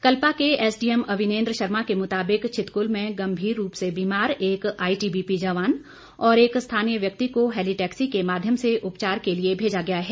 कल्पा के एसडीएम अविनेन्द्र शर्मा के मुताबिक छितकुल में गंभीर रूप से बीमार एक आईटीबीपी जवान और एक स्थानीय व्यक्ति को हैलीटैक्सी के माध्यम से उपचार के लिए भेजा गया है